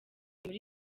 muri